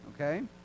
Okay